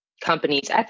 companies